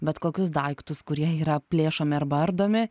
bet kokius daiktus kurie yra plėšomi arba ardomi